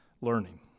learning